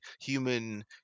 human